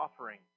offering